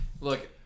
Look